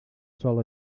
sol